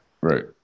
right